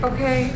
Okay